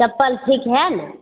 चप्पल ठीक हइ ने